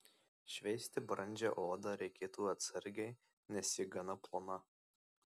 šveisti brandžią odą reikėtų atsargiai nes ji gana plona